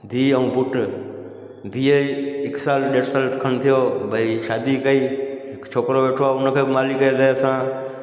धीअ ऐं पुट धीउ हिकु साल ॾेढ सालु खनि थियो भई शादी कई हिकु छोकिरो वेठो आहे उन खे बि मालिक जी दया सां